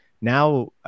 Now